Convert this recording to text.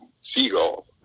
seagull